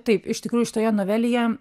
taip iš tikrųjų šitoje novelėje